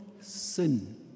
sin